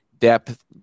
depth